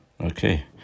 Okay